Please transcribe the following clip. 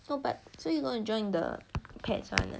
oh but so you going to join the pets one ah